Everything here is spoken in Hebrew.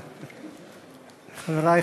חברי,